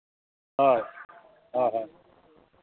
ᱦᱳᱭ ᱦᱳᱭ ᱦᱳᱭ